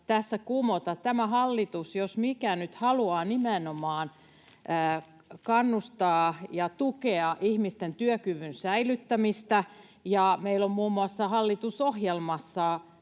tässä kumota: Tämä hallitus, jos mikä, nyt haluaa nimenomaan kannustaa ja tukea ihmisten työkyvyn säilyttämistä, ja meillä on muun muassa hallitusohjelmassa